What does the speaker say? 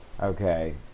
Okay